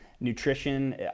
nutrition